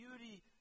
beauty